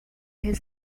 his